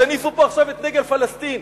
תניפו פה עכשיו את דגל פלסטין.